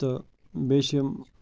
تہٕ بیٚیہِ چھِ یِم